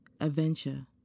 Adventure